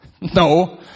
no